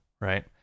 Right